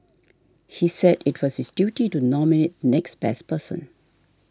he said it was his duty to nominate next best person